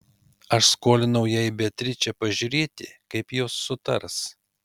aš skolinau jai beatričę pažiūrėti kaip jos sutars